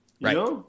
right